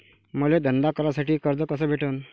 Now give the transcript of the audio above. मले धंदा करासाठी कर्ज कस भेटन?